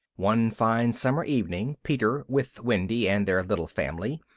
one fine summer evening peter, with wendy and their little family,